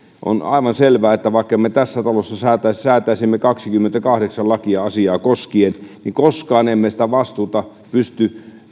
on aivan selvää että vaikka tässä talossa säätäisimme kaksikymmentäkahdeksan lakia asiaa koskien niin koskaan emme sitä vastuuta pysty